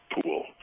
pool